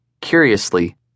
curiously